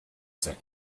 sent